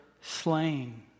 slain